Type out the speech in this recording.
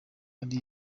ari